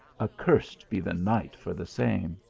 accursed be the night for the same!